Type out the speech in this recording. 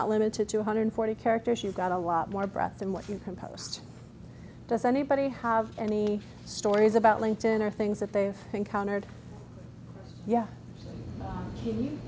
not limited to one hundred forty characters you've got a lot more breath and what you can post does anybody have any stories about linked in or things that they've encountered yeah he